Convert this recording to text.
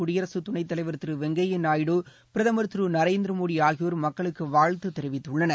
குடியரசு துணைத் தலைவர் திரு வெங்கய்யா நாயுடு பிரதமர் திரு நரேந்திர மோடி ஆகியோர் மக்களுக்கு வாழ்த்து தெரிவித்துள்ளனர்